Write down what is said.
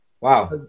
Wow